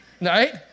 Right